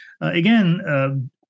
again